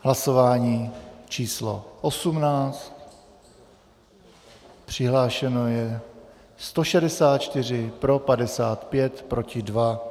Hlasování číslo 18, přihlášeno je 164, pro 55, proti 2.